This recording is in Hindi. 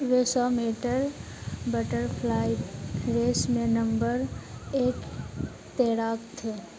वे सौ मीटर बटरफ्लाई रेस में नंबर एक तैराक थे